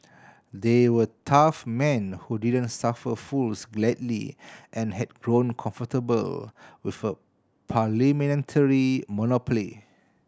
they were tough men who didn't suffer fools gladly and had grown comfortable with a parliamentary monopoly